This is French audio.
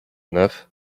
neuf